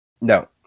No